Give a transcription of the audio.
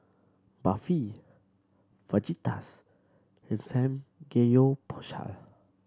Barfi Fajitas and Samgeyopsal